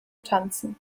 tanzen